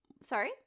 Sorry